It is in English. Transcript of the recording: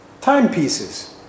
timepieces